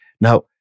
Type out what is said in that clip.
Now